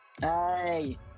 Hey